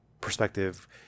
perspective